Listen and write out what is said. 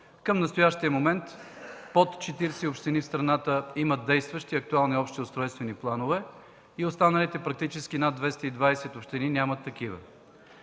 Към настоящия момент под 40 общини в страната имат действащи актуални общи устройствени планове, а останалите над 220 общини практически